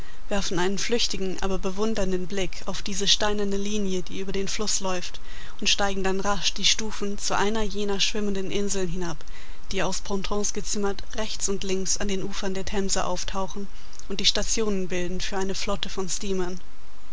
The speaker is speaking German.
werfen einen flüchtigen aber bewundernden blick auf diese steinerne linie die über den fluß läuft und steigen dann rasch die stufen zu einer jener schwimmenden inseln hinab die aus pontons gezimmert rechts und links an den ufern der themse auftauchen und die stationen bilden für eine flotte von